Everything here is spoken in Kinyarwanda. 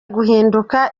guhinduka